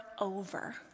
over